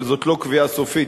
אבל זו לא קביעה סופית,